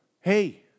Hey